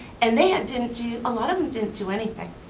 and they and didn't do, a lot of them didn't do anything.